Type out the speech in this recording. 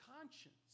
conscience